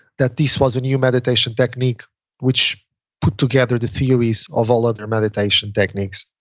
that this was a new meditation technique which put together the theories of all other meditation techniques.